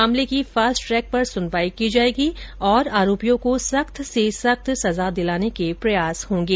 मामले की fast track पर सुनवाई की जाएगी और आरोपियों को सख्त से सख्त सजा दिलाने के प्रयास होंगे